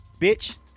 Bitch